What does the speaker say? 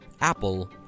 Apple